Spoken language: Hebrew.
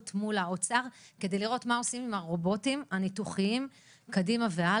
מול האוצר כדי לראות מה עושים עם הרובוטים הניתוחיים בעתיד.